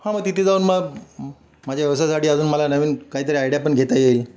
हां मग तिथे जाऊन मग माझ्या व्यवसायासाठी अजून मला नवीन काहीतरी आयडिया पण घेता येईल